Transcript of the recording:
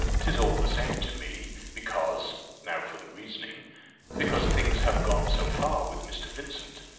tis all the same to me because now for the reasoning because things have gone so far with mr. vincent,